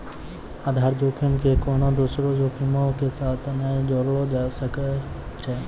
आधार जोखिम के कोनो दोसरो जोखिमो के साथ नै जोड़लो जाय सकै छै